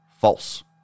false